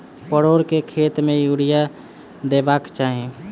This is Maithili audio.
परोर केँ खेत मे यूरिया देबाक चही?